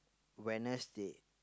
Wednesday